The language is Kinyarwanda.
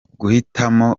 guhitamo